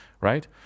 right